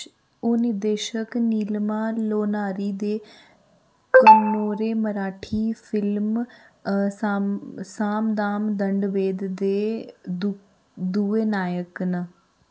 ओह् निर्देशक नीलिमा लोनारी दे कनोरे मराठी फिल्म साम साम दाम दंड भेद' दे दुए नायक न